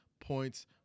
points